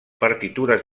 partitures